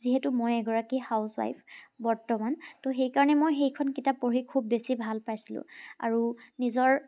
যিহেতু মই এগৰাকী হাউছৱাইফ বৰ্তমান তো সেইকাৰণে মই সেইখন কিতাপ পঢ়ি খুব বেছি ভাল পাইছিলোঁ আৰু নিজৰ